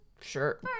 sure